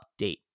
update